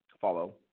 follow